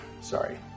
sorry